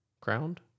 Crowned